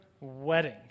wedding